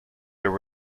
there